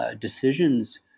decisions